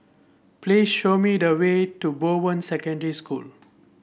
please show me the way to Bowen Secondary School